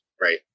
right